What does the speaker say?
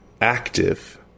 active